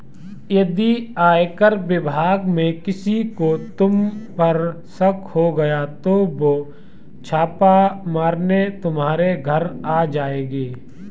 यदि आयकर विभाग में किसी को तुम पर शक हो गया तो वो छापा मारने तुम्हारे घर आ जाएंगे